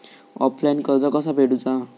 Offline कर्ज कसा फेडूचा?